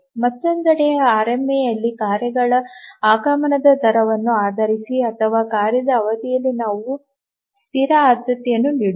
ಮತ್ತೊಂದೆಡೆ ಆರ್ಎಂಎಯಲ್ಲಿ ಕಾರ್ಯಗಳ ಆಗಮನದ ದರವನ್ನು ಆಧರಿಸಿ ಅಥವಾ ಕಾರ್ಯದ ಅವಧಿಯಲ್ಲಿ ನಾವು ಸ್ಥಿರ ಆದ್ಯತೆಯನ್ನು ನೀಡುತ್ತೇವೆ